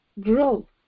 Grow